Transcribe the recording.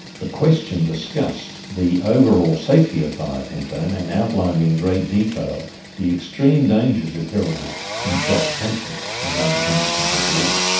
the question discussed the overall safety of thiopentone and outlined in great detail the extreme dangers it heralded in shocked patients, and under conditions of war.